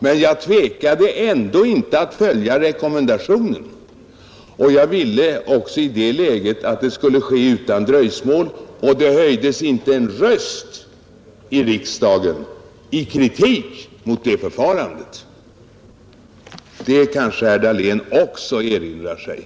Men jag tvekade ändå inte att följa rekommendationen, och jag ville också i det läget att det skulle ske utan dröjsmål. Det höjdes inte en röst i riksdagen av kritik mot det förfarandet. Det erinrar sig kanske också herr Dahlén.